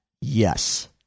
Yes